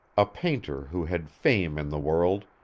a painter who had fame in the world,